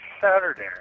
Saturday